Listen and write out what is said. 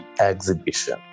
exhibition